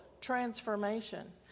transformation